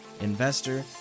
investor